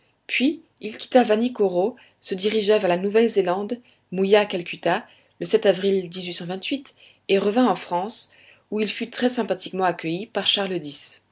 puis il quitta vanikoro se dirigea vers la nouvelle zélande mouilla à calcutta le avril et revint en france où il fut très sympathiquement accueilli par charles x